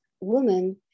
woman